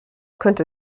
könnte